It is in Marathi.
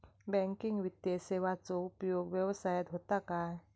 बँकिंग वित्तीय सेवाचो उपयोग व्यवसायात होता काय?